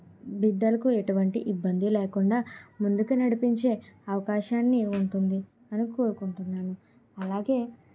బిడ్డలకు ఎటువంటి ఇబ్బంది లేకుండా ముందుకు నడిపించే అవకాశాన్ని ఉంటుంది అని కోరుకుంటున్నాను అలాగే